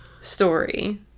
story